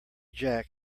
jack